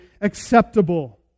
acceptable